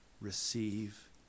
receive